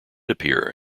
appear